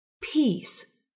peace